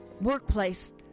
workplace